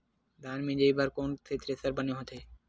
धान मिंजई बर कोन से थ्रेसर बने होथे?